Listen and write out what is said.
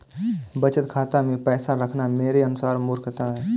बचत खाता मैं पैसा रखना मेरे अनुसार मूर्खता है